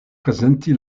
prezenti